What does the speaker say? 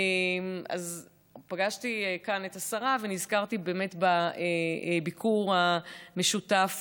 אז פגשתי כאן את השרה ונזכרתי בביקור המשותף